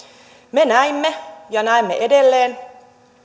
me näimme ja näemme edelleen